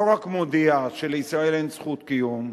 לא רק מודיעה שלישראל אין זכות קיום,